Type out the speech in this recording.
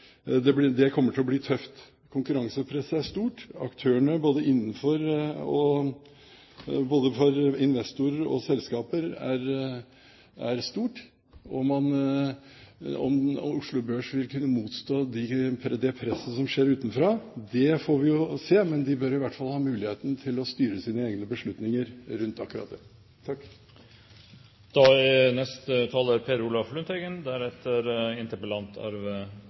Det kommer til å bli tøft. Konkurransepresset er stort både for investorer og for selskaper. Om Oslo Børs vil kunne motstå det presset som kommer utenfra, får vi jo se, men de bør i hvert fall ha muligheten til å styre sine egne beslutninger rundt akkurat det.